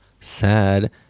Sad